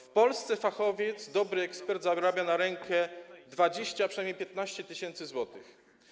W Polsce fachowiec, dobry ekspert zarabia na rękę 20, a przynajmniej 15 tys. zł.